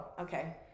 okay